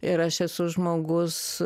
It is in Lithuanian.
ir aš esu žmogus